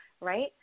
right